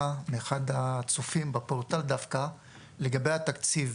מאחד הצופים בפורטל דווקא לגבי התקציב.